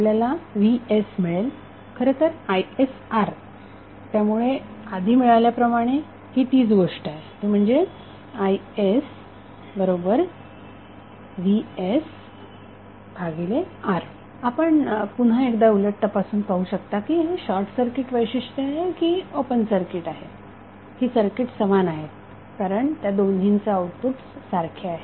आपल्याला vs मिळेल खरंतर isR त्यामुळे आधी मिळाल्याप्रमाणे ही तीच गोष्ट आहे ती म्हणजे isvsR आपण पुन्हा एकदा उलट तपासून पाहू शकता की हे शॉर्टसर्किट वैशिष्ट्य आहे किंवा ओपन सर्किट वैशिष्ट्य आहे ही सर्किट्स समान आहे कारण त्या दोन्हीचे आऊटपुट्स सारखेच आहेत